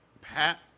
Pat